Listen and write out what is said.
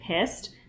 pissed